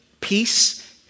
peace